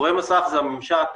קורא מסך זה ממשק